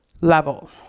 level